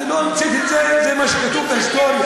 לא המצאתי את זה, זה מה שכתוב בהיסטוריה.